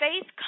faith